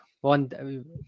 one